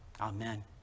Amen